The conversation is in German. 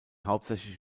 hauptsächlich